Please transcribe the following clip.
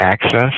access